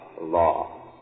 law